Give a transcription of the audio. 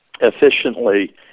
efficiently